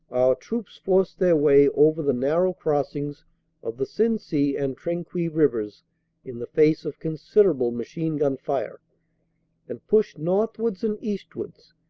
troops forced their way over the nar row crossings of the sensee and trinquis rivers in the face of considerable machine-gun fire and pushed northwards and eastwards,